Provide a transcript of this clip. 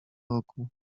roku